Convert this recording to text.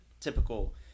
typical